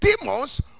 demons